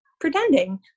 pretending